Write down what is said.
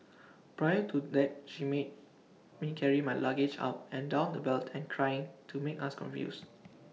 prior to that she made made carry my luggage up and down the belt and trying to make us confused